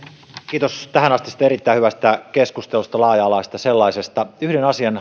kiitos tähänastisesta erittäin hyvästä keskustelusta laaja alaisesta sellaisesta yhden asian